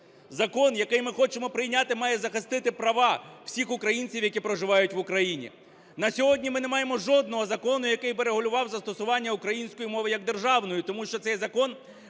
Закон, який ми хочемо прийняти, має захистити права всіх українців, які проживають в Україні. На сьогодні ми не маємо жодного закону, який би регулював застосування української мови як державної, тому що цей закон